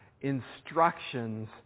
instructions